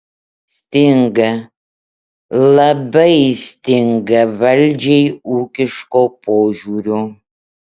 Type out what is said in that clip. stinga labai stinga valdžiai ūkiško požiūrio